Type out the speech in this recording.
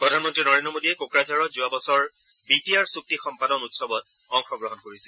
প্ৰধানমন্ত্ৰী নৰেন্দ্ৰ মোডীয়ে কোকৰাঝাৰত যোৱা বছৰ বি টি আৰ চুক্তি সম্পাদন উৎসৱত অংশগ্ৰহণ কৰিছিল